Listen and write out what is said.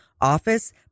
office